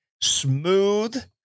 smooth